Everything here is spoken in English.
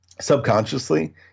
Subconsciously